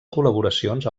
col·laboracions